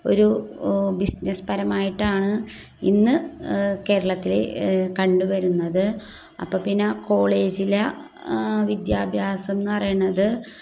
ഒരു ബിസിനസ്സുപരമായിട്ടാണ് ഇന്ന് കേരളത്തിൽ കണ്ടുവരുന്നത് അപ്പം പിന്നെ കോളേജിലെ വിദ്യാഭ്യാസമെന്നു പറയണത്